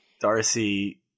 darcy